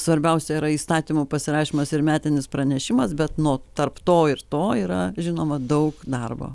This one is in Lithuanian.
svarbiausia yra įstatymo pasirašymas ir metinis pranešimas bet nuo tarp to ir to yra žinoma daug darbo